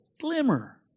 glimmer